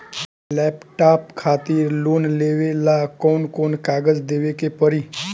Laptop खातिर loan लेवे ला कौन कौन कागज देवे के पड़ी?